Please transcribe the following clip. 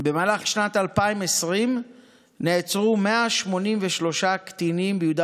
במהלך שנת 2020 נעצרו 183 קטינים מיהודה